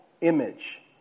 image